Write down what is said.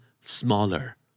smaller